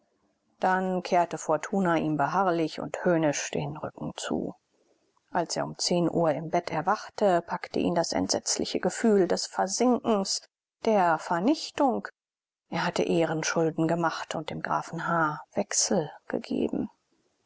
dann kehrte fortuna ihm beharrlich und höhnisch den rücken zu als er um zehn uhr im bett erwachte packte ihn das entsetzliche gefühl des versinkens der vernichtung er hatte ehrenschulden gemacht und dem grafen h wechsel gegeben